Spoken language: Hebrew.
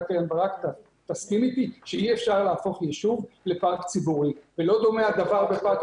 קרן ברק תסכים אתי לפארק ציבורי ולא דומה הדבר לפארק